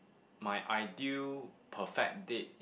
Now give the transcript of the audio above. my ideal perfect date